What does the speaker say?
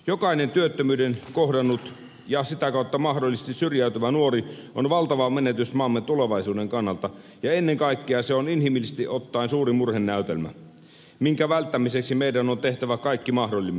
jokainen työttömyyden kohdannut ja sitä kautta mahdollisesti syrjäytyvä nuori on valtava menetys maamme tulevaisuuden kannalta ja ennen kaikkea se on inhimillisesti ottaen suuri murhenäytelmä jonka välttämiseksi meidän on tehtävä kaikki mahdollinen